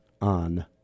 on